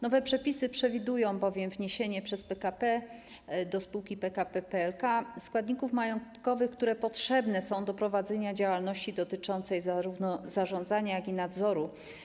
Nowe przepisy przewidują bowiem wniesienie przez PKP do spółki PKP PLK składników majątkowych, które potrzebne są do prowadzenia działalności dotyczącej zarówno zarządzania, jak i nadzoru.